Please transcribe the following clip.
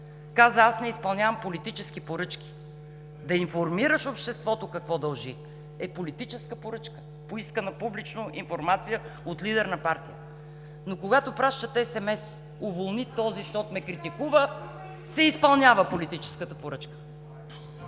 каза: „Аз не изпълнявам политически поръчки.“ Да информираш обществото какво дължи е политическа поръчка, поискана публично информация от лидер на партия, но когато пращате SMS „Уволни този, щот ме критикува!“, се изпълнява политическата поръчка.